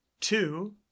two